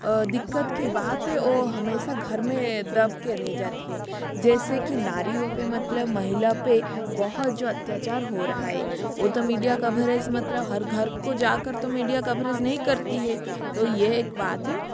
दिक्कत की बात है ओ हमेशा घर में दब के रह जाती है जैसे कि नारियों पे मतलब महिला पे बहुत जो अत्याचार हो रहा है ओ तो मीडिया कव्हरेज़ मतलब हर घर को जाकर तो मीडिया कव्हरेज़ नहीं करती है तो ये एक बात है